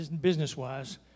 business-wise